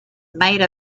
made